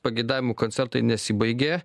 pageidavimų koncertai nesibaigė